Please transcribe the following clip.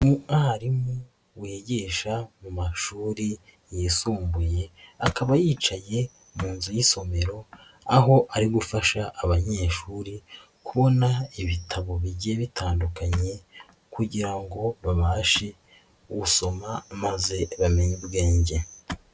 Umwarimu wigisha mu mashuri yisumbuye, akaba yicaye mu nzu y'isomero, aho ari gufasha abanyeshuri kubona ibitabo bigiye bitandukanye kugira ngo babashe gusoma maze bamenye ubwenge.